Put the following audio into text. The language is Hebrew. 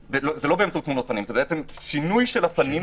- זה לא באמצעות תמונות פנים זה שינוי של הפנים,